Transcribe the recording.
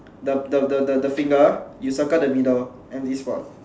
the the the the finger you circle the middle and this one